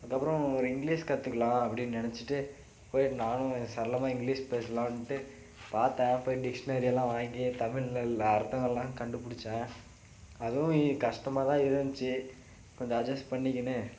அதுக்கு அப்புறம் இங்கிலீஷ் கற்றுக்கலாம் அப்படினு நினைச்சிட்டு போய்விட்டு நானும் சரளமாக இங்கிலீஷ் பேசலாம்ன்ட்டு பார்த்தேன் போய் டிக்ஸ்னரி எல்லாம் வாங்கி தமிழில் உள்ள அர்த்தங்கள் எல்லாம் கண்டு பிடிச்சேன் அதுவும் கஷ்டமாக தான் இருந்துச்சு கொஞ்சம் அட்ஜெஸ்ட் பண்ணிக்கின்னு